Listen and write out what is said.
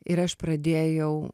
ir aš pradėjau